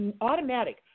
automatic